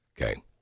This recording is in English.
Okay